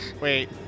Wait